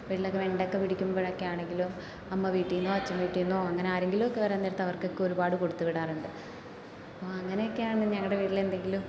വീട്ടിലൊക്കെ വെണ്ടയ്ക്ക പിടിക്കുമ്പോഴൊക്കെയാണെങ്കിലും അമ്മ വീട്ടീന്നോ അച്ഛൻ വീട്ടിന്നോ അങ്ങനെ ആരെങ്കിലും ഒക്കെ വരാൻ നേരത്ത് അവർക്കൊക്കെ ഒരുപാട് കൊടുത്തു വിടാറുണ്ട് അപ്പോൾ അങ്ങനെയൊക്കെയാണ് ഞങ്ങളുടെ വീട്ടിൽ എന്തെങ്കിലും